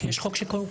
יש חוק שקובע.